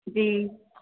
जी